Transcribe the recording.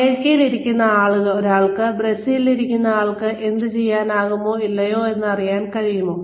അമേരിക്കയിൽ ഇരിക്കുന്ന ഒരാൾക്ക് ബ്രസീലിൽ ഇരിക്കുന്ന ആൾക്ക് അത് ചെയ്യാനാകുമോ ഇല്ലയോ എന്ന് അറിയാൻ കഴിയുമോ